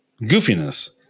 goofiness